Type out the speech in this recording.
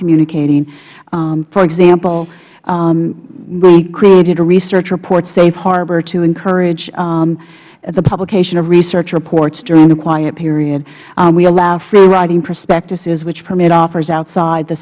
communicating for example we've created a research report safe harbor to encourage the publication of research reports during the quiet period we allow freeriding prospectuses which permit offers outside the